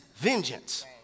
vengeance